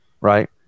right